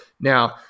Now